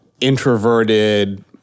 introverted